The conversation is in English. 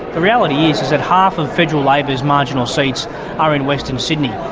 the reality is that half of federal labor's marginal seats are in western sydney.